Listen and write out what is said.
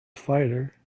fighter